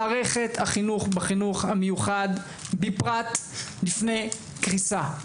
מערכת החינוך בחינוך המיוחד בפרט בפני קריסה.